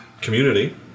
community